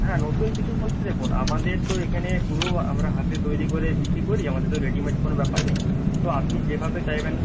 হ্যাঁ নতুন কিছু বলতে দেখুন আমাদের তো এখানে পুরো আমরা হাতে তৈরি করে বিক্রি করি আমাদের তো রেডিমেড কোনো ব্যাপার নেই তো আপনি যেভাবে চাইবেন